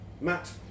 Matt